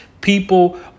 People